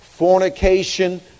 fornication